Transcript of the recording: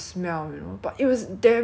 the smell is so unbearable that